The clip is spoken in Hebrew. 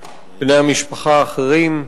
בני המשפחה האחרים.